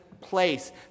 place